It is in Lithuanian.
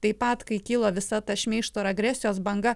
taip pat kai kyla visa ta šmeižto ir agresijos banga